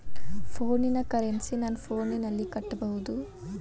ಫೋನಿನ ಕರೆನ್ಸಿ ನನ್ನ ಫೋನಿನಲ್ಲೇ ಕಟ್ಟಬಹುದು?